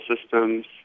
systems